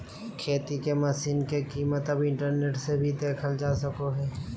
खेती के मशीन के कीमत अब इंटरनेट से भी देखल जा सको हय